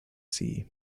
sea